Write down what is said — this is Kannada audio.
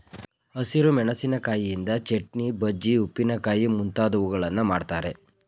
ಹಸಿರು ಮೆಣಸಿಕಾಯಿಯಿಂದ ಚಟ್ನಿ, ಬಜ್ಜಿ, ಉಪ್ಪಿನಕಾಯಿ ಮುಂತಾದವುಗಳನ್ನು ಮಾಡ್ತರೆ